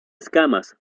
escamas